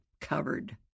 covered